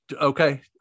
Okay